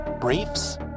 briefs